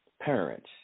parents